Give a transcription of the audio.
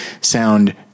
sound